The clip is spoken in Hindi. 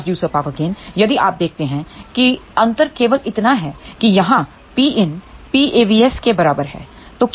ट्रांसड्यूसर पावर गेन यदि आप देखते हैं कि अंतर केवल इतना है कि यहां Pin PAVS के बराबर है